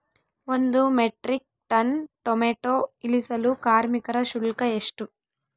ಒಂದು metric tonne tomato ಇಳಿಸಲು ಕಾರ್ಮಿಕರ ಶುಲ್ಕ ಎಷ್ಟು?